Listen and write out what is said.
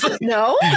no